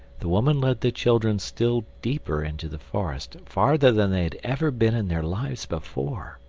the woman led the children still deeper into the forest farther than they had ever been in their lives before.